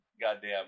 Goddamn